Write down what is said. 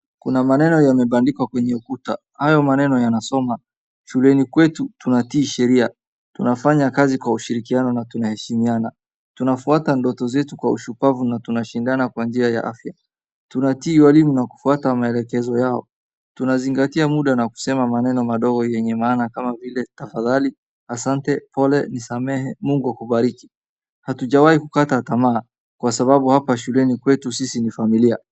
Kuna maneno yamebandikwa kwenye ukuta, Hayo maneno yanasoma shuleni kwetu tunatii sheria, tunafanya kazi kwa ushirikiano na tunaheshimiana, tunafuata ndoto zetu kwa ushapavu na tunashindana kwa njia ya afya. Tunatii walimu na kufuata maelekezo yao, tunazingatia muda na kusema maneno madogo yenye maana kama vile, tafadhali, asante, pole, nisamehe, mungu akubariki. Hatujawai kukata tamaa kwa sababu hapa shuleni kwetu sisi ni familia.